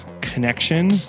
connection